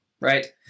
Right